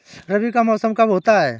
रबी का मौसम कब होता हैं?